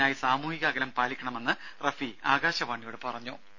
അതിനായി സാമൂഹിക അകലം പാലിക്കണമെന്ന് റഫി ആകാശവാണിയോട് പറഞ്ഞു